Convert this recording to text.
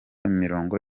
imirongo